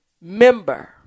member